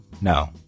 No